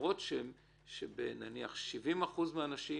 למרות שאין להם שום בעיה עם 70% מהאנשים